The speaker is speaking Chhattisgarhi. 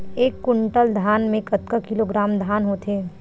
एक कुंटल धान में कतका किलोग्राम धान होथे?